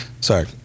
Sorry